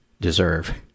deserve